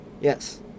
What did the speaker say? Yes